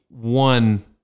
one